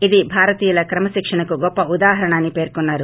ఇది భారతీయుల క్రమశిక్షణకు గొప్ప ఉదాహరణ అని పేర్కొన్నారు